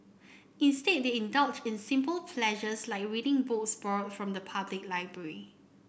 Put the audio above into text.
instead they indulge in simple pleasures like reading books borrowed from the public library